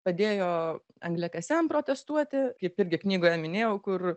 padėjo angliakasiam protestuoti kaip irgi knygoje minėjau kur